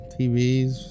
TVs